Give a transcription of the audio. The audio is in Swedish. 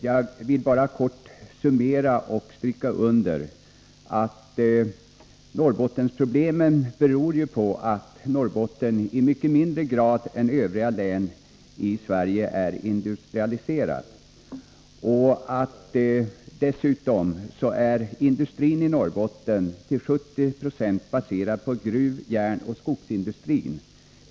Jag vill bara kort summera och stryka under att Norrbottensproblemen beror på att Norrbotten är industrialiserat i mycket mindre grad än övriga län i Sverige. Dessutom är industrin i Norrbotten till 70 26 baserad på gruv-, järnoch skogsindustrin.